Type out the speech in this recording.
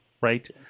right